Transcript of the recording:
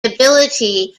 ability